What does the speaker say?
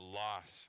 loss